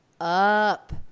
up